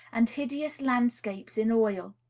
and hideous landscapes in oil.